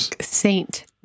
Saint